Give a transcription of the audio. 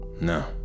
No